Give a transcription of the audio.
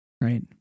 right